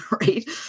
right